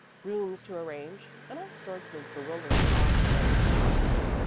rooms to arrange, and all sorts of bewildering odds and ends to attend to.